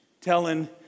telling